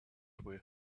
away